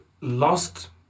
lost